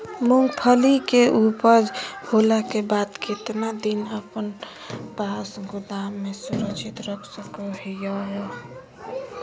मूंगफली के ऊपज होला के बाद कितना दिन अपना पास गोदाम में सुरक्षित रख सको हीयय?